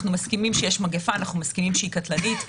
אנחנו מסכימים שיש מגיפה ואנחנו מסכימים שהיא קטלנית.